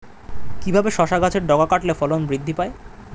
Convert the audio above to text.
কিভাবে শসা গাছের ডগা কাটলে ফলন বৃদ্ধি পায়?